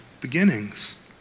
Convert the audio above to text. beginnings